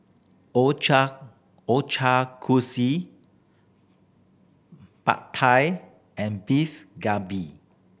Pad Thai and Beef Galbi